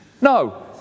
No